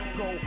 go